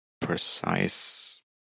precise